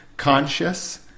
conscious